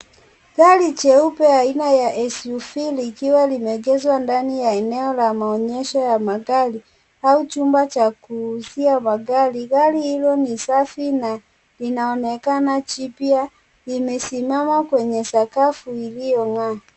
Gari jeupe aina ya SUV likiwa lime egeshwa ndani ya eneo la maonyesho ya magari au chumba cha kuuzia magari. Gari hilo ni safi na linaonekana jipya limesimama kwenye sakafu iliyo ngaa.